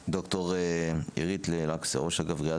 הם נדרשים לגריאטריה פעילה, אבל על פי החוק,